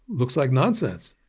looks like nonsense.